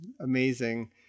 amazing